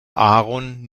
aaron